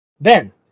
Ben